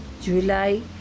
july